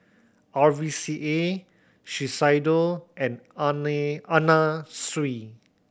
R V C A Shiseido and Anna Sui